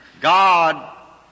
God